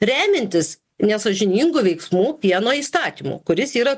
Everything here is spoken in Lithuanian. remiantis nesąžiningų veiksmų pieno įstatymu kuris yra